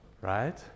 right